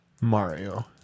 mario